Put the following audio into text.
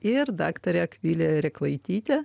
ir daktarė akvilė rėklaitytė